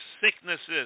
sicknesses